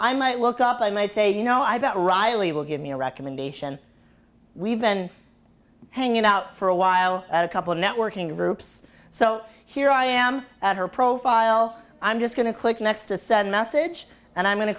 i might look up i might say you know i've got riley will give me a recommendation we've been hanging out for a while at a couple of networking groups so here i am at her profile i'm just going to click next to send message and i'm going to